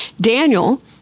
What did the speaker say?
Daniel